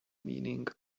meaning